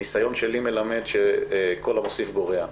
הניסיון שלי מלמד שכל המוסיף גורע.